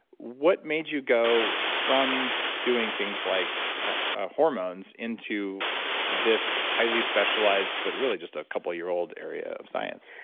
what made you go from doing things like hormones into this highly specialized, but really, just a couple year old area of science?